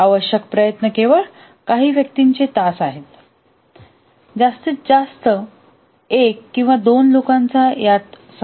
आवश्यक प्रयत्न केवळ काही व्यक्तींचे तास आहेत जास्तीत जास्त एक किंवा दोन लोकांचा यात समावेश आहे